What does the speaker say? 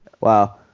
Wow